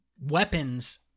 weapons